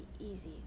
easy